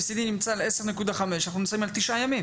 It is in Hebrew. ה- OECDנמצא על 10.5 אנחנו נמצאים על 9 ימים